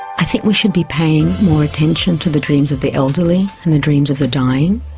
i think we should be paying more attention to the dreams of the elderly and the dreams of the dying.